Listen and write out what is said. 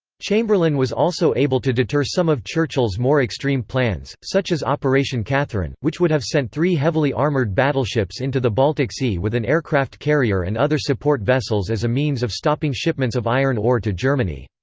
chamberlain was also able to deter some of churchill's more extreme plans, such as operation catherine, which would have sent three heavily armoured battleships into the baltic sea with an aircraft carrier and other support vessels as a means of stopping shipments of iron ore to germany.